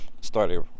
Started